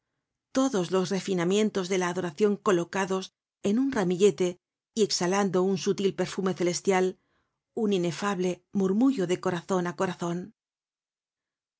todos los refinamientos de la adoracion colocados en un ramillete y exhalando un sutil perfume celestial un inefable murmullo de corazon á corazon